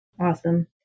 awesome